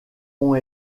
ont